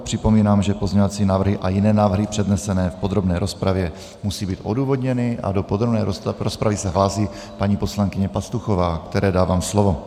Připomínám, že pozměňovací návrhy a jiné návrhy přednesené v podrobné rozpravě musí být odůvodněny, a do podrobné rozpravy se hlásí paní poslankyně Pastuchová, které dávám slovo.